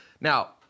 Now